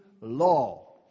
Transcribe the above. law